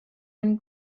and